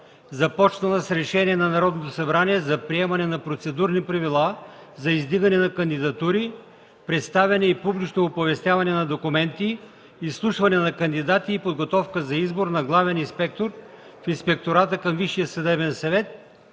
започнала с Решение на Народното събрание за приемане на процедурни правила за издигане на кандидатури, представяне и публично оповестяване на документи, изслушване на кандидати и подготовка за избор на главен инспектор в Инспектората към Висшия съдебен съвет,